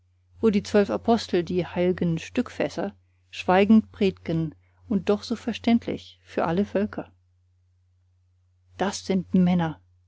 wo die zwölf apostel die heilgen stückfässer schweigend predgen und doch so verständlich für alle völker das sind männer